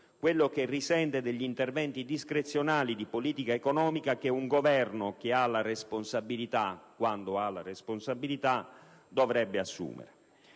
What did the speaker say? quello che risente degli interventi discrezionali di politica economica che un Governo che ha responsabilità - quando ha responsabilità - dovrebbe assumere.